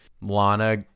Lana